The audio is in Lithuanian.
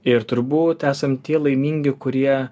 ir turbūt esam tie laimingi kurie